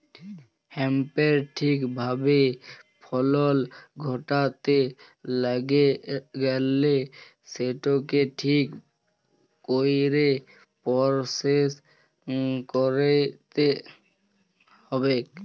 হ্যাঁম্পের ঠিক ভাবে ফলল ঘটাত্যে গ্যালে সেটকে ঠিক কইরে পরসেস কইরতে হ্যবেক